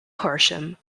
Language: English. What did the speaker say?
horsham